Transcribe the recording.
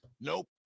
Nope